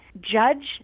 judge